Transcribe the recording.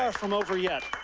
ah from over yet.